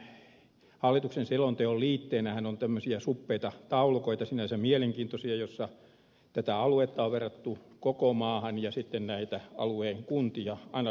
tämän hallituksen selonteon liitteenähän on tämmöisiä suppeita taulukoita sinänsä mielenkiintoisia joissa tätä aluetta on verrattu koko maahan ja näitä alueen kuntia analysoitu